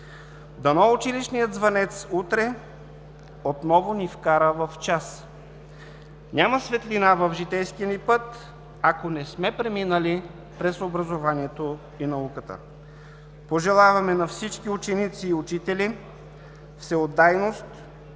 Дано училищният звънец утре отново ни вкара в час. Няма светлина в житейския ни път, ако не сме преминали през образованието и науката. Пожелаваме на всички ученици и учители всеотдайност,